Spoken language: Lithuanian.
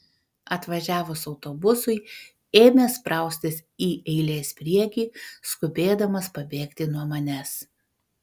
atvažiavus autobusui ėmė spraustis į eilės priekį skubėdamas pabėgti nuo manęs